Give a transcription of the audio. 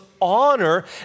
honor